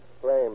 flame